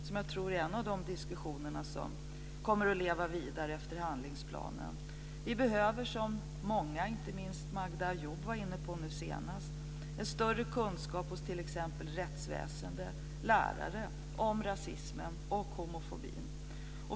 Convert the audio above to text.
Det är en av de diskussioner som kommer att leva vidare efter handlingsplanen. Vi behöver som många har varit inne på, och inte minst Magda Ayoub nu senast, en större kunskap hos t.ex. rättsväsende och lärare om rasismen och homofobin.